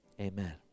amen